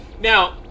Now